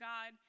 God